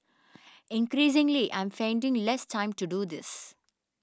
increasingly I'm finding less time to do this